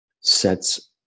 sets